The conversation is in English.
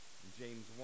James